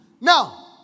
Now